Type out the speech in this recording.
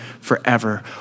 forever